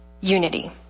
unity